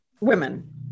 women